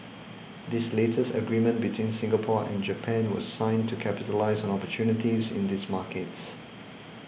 this latest agreement between Singapore and Japan was signed to capitalise on opportunities in these markets